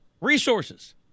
resources